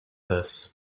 this